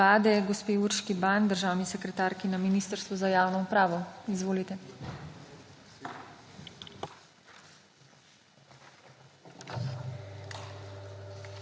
Vlade, gospe Urški Ban, državni sekretarki na Ministrstvu za javno upravo. Izvolite.